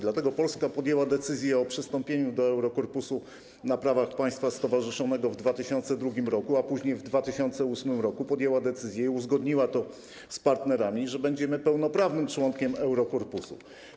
Dlatego Polska podjęła decyzję o przystąpieniu do Eurokorpusu na prawach państwa stowarzyszonego w 2002 r., a później w 2008 r. podjęła decyzję, i uzgodniła to z partnerami, że będziemy pełnoprawnym członkiem Eurokorpusu.